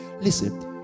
listen